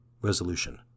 Resolution